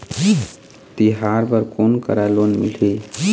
तिहार बर कोन करा लोन मिलही?